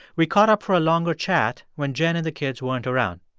we caught up for a longer chat when jen and the kids weren't around.